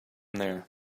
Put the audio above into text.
there